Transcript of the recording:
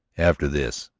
after this,